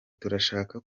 turashaka